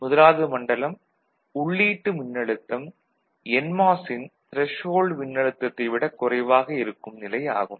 முதலாவது மண்டலம் உள்ளீட்டு மின்னழுத்தம் என்மாஸ் ன் த்ரெஷ்ஹோல்டு மின்னழுத்தத்தை விட குறைவாக இருக்கும் நிலை ஆகும்